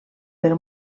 per